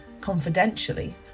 confidentially